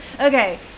Okay